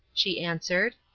she answered.